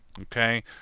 Okay